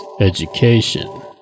education